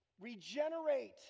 Regenerate